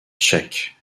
tchèques